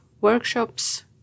workshops